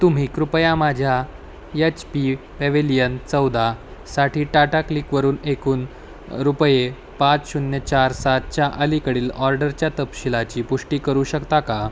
तुम्ही कृपया माझ्या यच पी पॅवेलियन चौदा साठी टाटाक्लिकवरून एकूण रुपये पाच शून्य चार सातच्या अलीकडील ऑर्डरच्या तपशिलाची पुष्टी करू शकता का